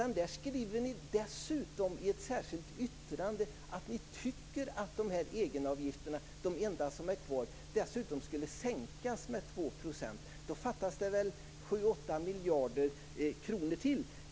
Ni skriver dessutom i ett särskilt yttrande att ni tycker att de enda egenavgifter som är kvar skulle sänkas med 2 %. Då fattas det väl 7-8 miljarder kronor till.